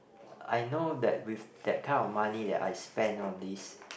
I know that with that kind of money that I spend on this